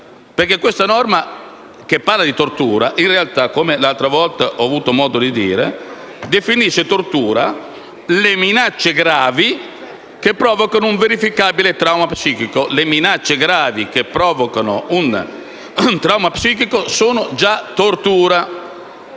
citata, che parla di tortura, in realtà - come ho avuto modo di dire l'altra volta - definisce tortura le minacce gravi che provocano un verificabile trauma psichico, ma le minacce gravi che provocano un trauma psichico sono già tortura.